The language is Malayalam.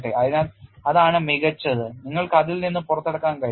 അതിനാൽ അതാണ് മികച്ചത് നിങ്ങൾക്ക് അതിൽ നിന്ന് പുറത്തുകടക്കാൻ കഴിയും